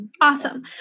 Awesome